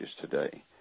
today